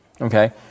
Okay